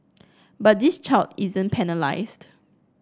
but this child isn't penalised